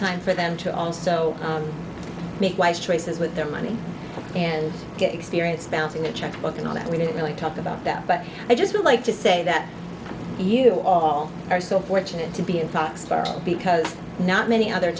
time for them to also make wise choices with their money and get experience bouncing a check book and all that we didn't really talk about that but i just would like to say that you all are so fortunate to be in talks because not many other